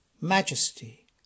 majesty